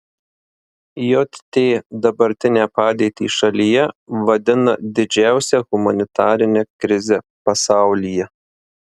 jt dabartinę padėtį šalyje vadina didžiausia humanitarine krize pasaulyje